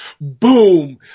Boom